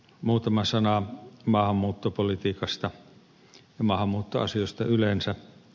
muutama sana maahanmuuttopolitiikasta ja maahanmuuttoasioista yleensä